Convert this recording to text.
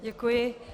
Děkuji.